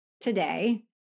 today